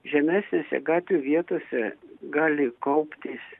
žemesnėse gatvių vietose gali kauptis